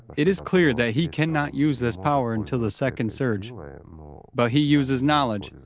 it is clear that he cannot use this power until the second surge, like um but he uses knowledge,